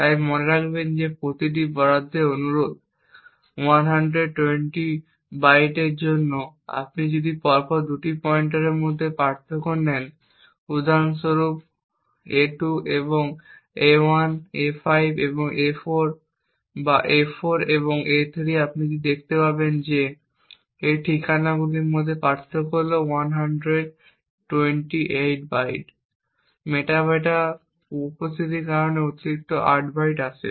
তাই মনে রাখবেন যে প্রতিটি বরাদ্দের অনুরোধ 120 বাইটের জন্য এবং আপনি যদি পরপর দুটি পয়েন্টারের মধ্যে পার্থক্য নেন উদাহরণস্বরূপ a2 এবং a1 a5 এবং a4 বা a4 এবং a3 আপনি দেখতে পাবেন যে এই ঠিকানাগুলির মধ্যে পার্থক্য হল 128 বাইট মেটাডেটা উপস্থিতির কারণে অতিরিক্ত 8 বাইট আসে